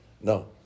no